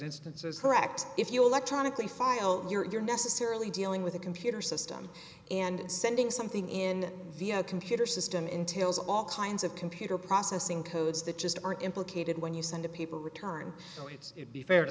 instances cracked if you electronically file you're necessarily dealing with a computer system and sending something in via computer system entails all kinds of computer processing codes that just aren't implicated when you send people return so it's be fair to